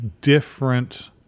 different